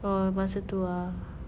oh masih tu ah